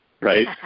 right